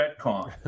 retcon